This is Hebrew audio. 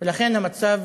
ולכן מצב